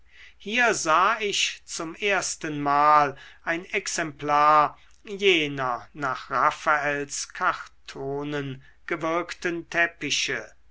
hier sah ich zum erstenmal ein exemplar jener nach raffaels kartonen gewirkten teppiche